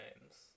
names